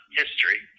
history